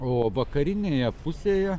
o vakarinėje pusėje